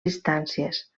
distàncies